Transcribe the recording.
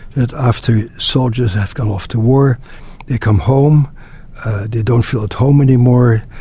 that after soldiers have gone off to war they come home, they don't feel at home anymore,